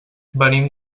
venim